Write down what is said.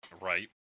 Right